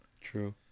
True